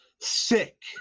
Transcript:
sick